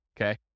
Okay